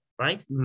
right